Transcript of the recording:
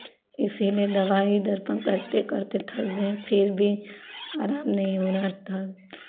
इसीलिए दवाई दर्पण करते करते थक गए हैं फिर भी आराम नहीं हो रहा था